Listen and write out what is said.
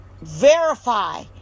verify